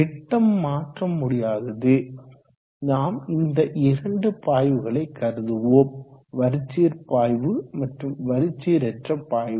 விட்டம் மாற்ற முடியாதது நாம் இந்த இரண்டு பாய்வுகளை கருதுவோம் வரிச்சீர் பாய்வு மற்றும் வரிச்சீரற்ற பாய்வு